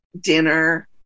dinner